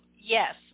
Yes